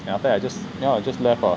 then after that I just ya lah I just left lah